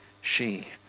she.